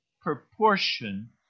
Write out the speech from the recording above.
proportion